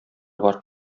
бар